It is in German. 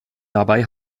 dabei